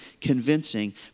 convincing